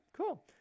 cool